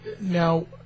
now